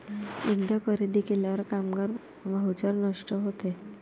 एकदा खरेदी केल्यावर कामगार व्हाउचर नष्ट होते